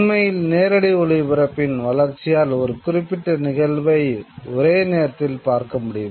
உண்மையில் நேரடி ஒளிப்பரப்பின் வளர்ச்சியால் ஒரு குறிப்பிட்ட நிகழ்வை ஒரே நேரத்தில் பார்க்க முடியும்